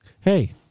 Hey